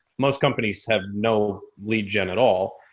most companies have no lead gen at all.